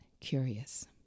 curious